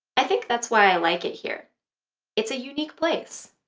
i think that's why i like it here it's a unique place.